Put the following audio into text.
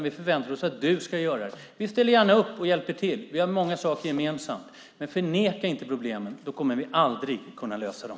Vi förväntar oss att du ska göra det. Vi ställer gärna upp och hjälper till. Vi har många saker gemensamt. Men förneka inte problemen. Då kommer vi aldrig att kunna lösa dem.